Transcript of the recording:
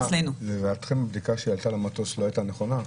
לדעתכם הבדיקה שהיא עלתה למטוס לא הייתה נכונה?